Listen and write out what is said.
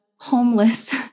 homeless